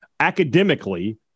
Academically